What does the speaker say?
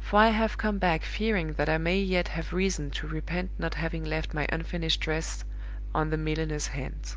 for i have come back fearing that i may yet have reason to repent not having left my unfinished dress on the milliner's hands.